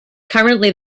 currently